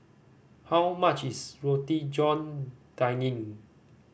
how much is Roti John Daging